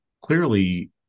clearly